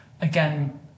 again